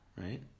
right